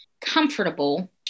comfortable